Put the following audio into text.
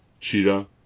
Cheetah